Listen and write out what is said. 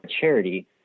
charity